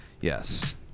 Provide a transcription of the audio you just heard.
yes